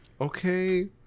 Okay